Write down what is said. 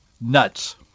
nuts